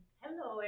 hello